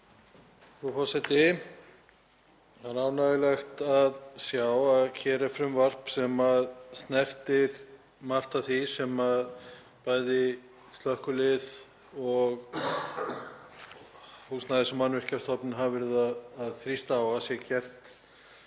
Frú forseti. Það er ánægjulegt að sjá að hér er frumvarp sem snertir margt af því sem bæði slökkvilið og Húsnæðis- og mannvirkjastofnun hafa verið að þrýsta á að sé gert